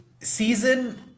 season